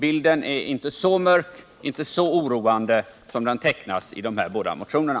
Bilden är inte så mörk, inte så oroande som den tecknas i de här båda motionerna.